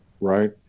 right